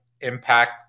impact